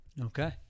Okay